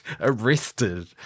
arrested